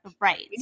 Right